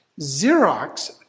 Xerox